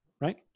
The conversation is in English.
right